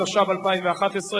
התשע"ב 2011,